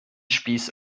spieß